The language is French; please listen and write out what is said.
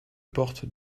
portes